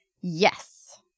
Yes